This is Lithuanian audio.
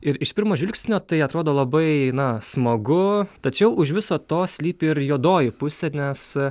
ir iš pirmo žvilgsnio tai atrodo labai na smagu tačiau už viso to slypi ir juodoji pusė nes